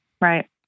Right